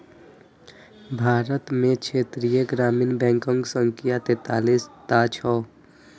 भारत मे क्षेत्रीय ग्रामीण बैंकक संख्या तैंतालीस टा छै